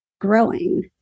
growing